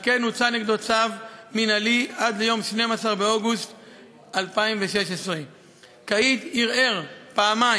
על כן הוצא נגדו צו מינהלי עד ליום 12 באוגוסט 2016. קאיד ערער פעמיים: